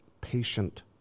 patient